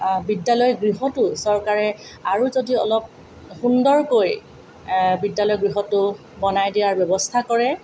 বিদ্যালয় গৃহটো চৰকাৰে আৰু যদি অলপ সুন্দৰকৈ বিদ্যালয় গৃহটো বনাই দিয়াৰ ব্যৱস্থা কৰে